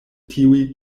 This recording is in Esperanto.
tiuj